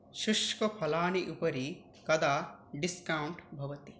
शुष्कफलानाम् उपरि कदा डिस्कौण्ट् भवति